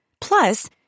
Plus